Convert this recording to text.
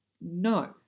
No